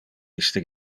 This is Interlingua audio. iste